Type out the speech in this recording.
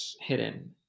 Hidden